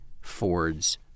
Ford's